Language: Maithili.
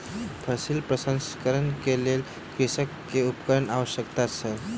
फसिल प्रसंस्करणक लेल कृषक के उपकरणक आवश्यकता छल